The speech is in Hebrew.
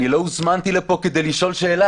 אני לא הוזמנתי לפה כדי לשאול שאלה,